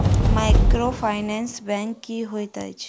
Microfinance bank की होइत अछि?